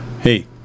Hey